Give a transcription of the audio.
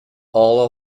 all